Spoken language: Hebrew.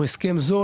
הוא הסכם זול,